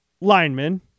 lineman